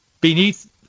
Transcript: beneath